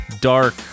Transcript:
dark